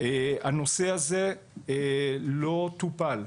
הנושא הזה לא טופל.